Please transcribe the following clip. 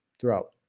throughout